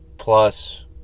plus